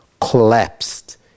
collapsed